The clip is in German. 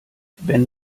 wenn